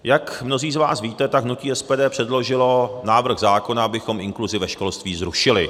Jak mnozí z vás víte, tak hnutí SPD předložilo návrh zákona, abychom inkluzi ve školství zrušili.